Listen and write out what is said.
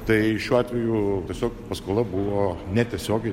tai šiuo atveju tiesiog paskola buvo netiesiogiai